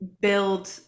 build